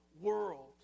world